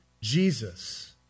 Jesus